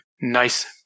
nice